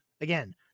Again